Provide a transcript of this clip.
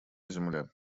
земля